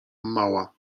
mała